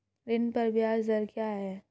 ऋण पर ब्याज दर क्या है?